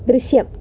ദൃശ്യം